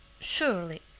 Surely